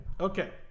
Okay